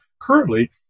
currently